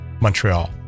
Montreal